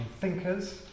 thinkers